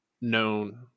known